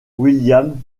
william